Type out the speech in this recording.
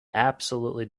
absolutely